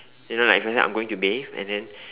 you know like sometimes I'm going to bathe and then